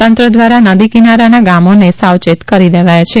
તંત્ર દ્વારા નદી કિનારાના ગામોને સાવચેત કરી દીધા છે